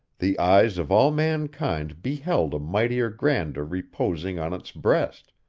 the eyes of all mankind beheld a mightier grandeur reposing on its breast,